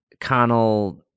Connell